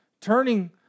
turning